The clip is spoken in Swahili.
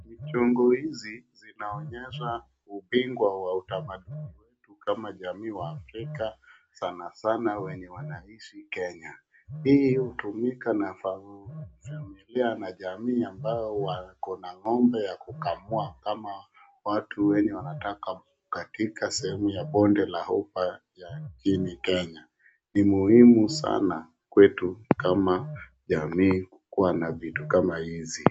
Chungu hizi zinaonyesha ubingwa wa utamaduni kama jamii wa afrika sana sana wenye wanaishi Kenya. Hii hutumika na familia na jamii ambao wako na ng'ombe ya kukamua kama watu wenye wanatoka katika sehemu ya bonde la ufa ya nchini Kenya. Ni muhimu sana kwetu kama jamii kuwa na vitu kama hizi.